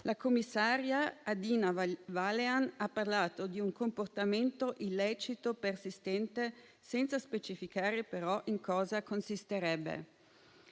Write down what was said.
La commissaria Adina Valean ha parlato di un comportamento illecito persistente, senza specificare però in cosa consisterebbe.